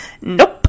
Nope